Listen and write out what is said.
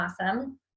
awesome